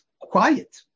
quiet